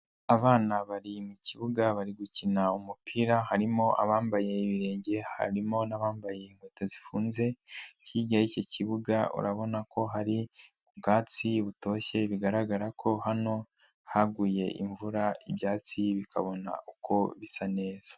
Abana bari mu kibuga bari gukina umupira, harimo abambaye ibirenge, harimo n'abambaye inkweto zifunze, hirya y'iki kibuga urabona ko hari ubwatsi butoshye, bigaragara ko hano haguye imvura, ibyatsi bikabona uko bisa neza.